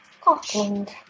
Scotland